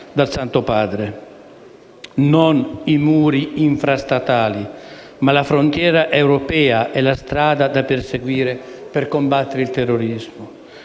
dal Santo Padre. Non i muri infrastatali, ma la frontiera europea è la strada da perseguire per combattere il terrorismo.